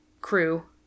crew